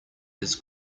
his